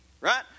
right